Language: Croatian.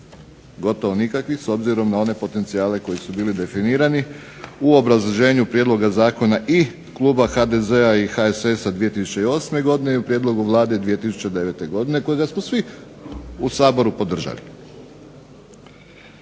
Gotovo nikakvi s obzirom na one potencijale koji su bili definirani u obrazloženju Prijedloga zakona i Kluba HDZ-a i HSS-a 2008. Godine i u Prijedlogu Vlade 2009. Godine kojega smo svi u Saboru podržali.